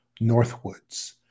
Northwoods